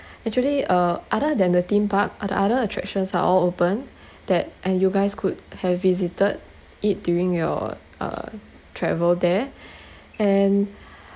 actually uh other than the theme park other other attractions are all open that and you guys could have visited it during your uh travel there and